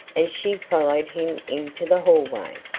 as she followed him into the hallway.